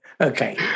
Okay